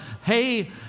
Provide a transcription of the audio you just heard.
hey